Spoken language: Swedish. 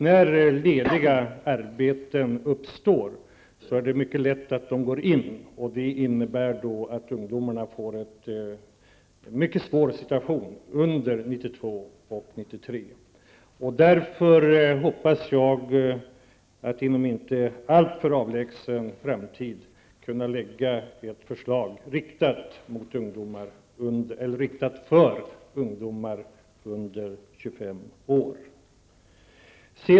När lediga arbeten uppstår, är det mycket lätt för dessa att gå in. Ungdomarna får en mycket svår situation under 1992 och 1993. Jag hoppas därför att inom en inte alltför avlägsen framtid kunna lägga fram ett förslag riktat för ungdomar under 25 år.